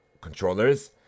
controllers